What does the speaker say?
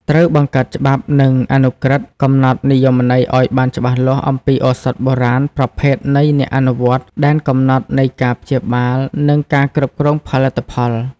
ត្រូវបង្កើតច្បាប់ និងអនុក្រឹត្យកំណត់និយមន័យឲ្យបានច្បាស់លាស់អំពីឱសថបុរាណ ប្រភេទនៃអ្នកអនុវត្ត ដែនកំណត់នៃការព្យាបាល និងការគ្រប់គ្រងផលិតផល។